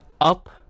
Up